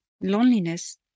loneliness